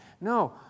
No